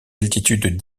altitudes